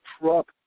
truck